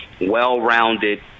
well-rounded